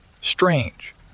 Strange